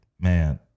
man